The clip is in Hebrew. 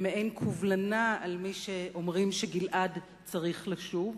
במעין קובלנה על מי שאומרים שגלעד צריך לשוב.